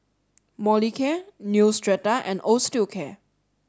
Molicare Neostrata and Osteocare